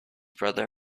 brother